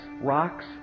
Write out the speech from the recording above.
rocks